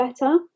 better